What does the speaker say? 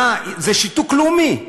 זה שיתוק לאומי.